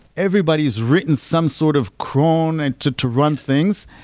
everybody has written some sort of cron and to to run things.